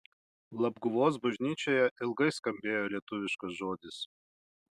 labguvos bažnyčioje ilgai skambėjo lietuviškas žodis